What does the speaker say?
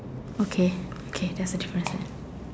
okay okay that's the difference